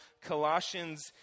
Colossians